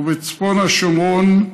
ובצפון השומרון: